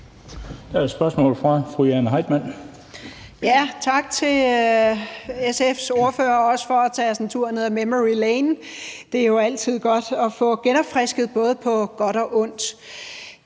Der er et spørgsmål fra fru Jane Heitmann. Kl. 13:08 Jane Heitmann (V): Tak til SF's ordfører og også for at tage os en tur ned ad memory lane, som det jo altid er godt at få genopfrisket både på godt og ondt.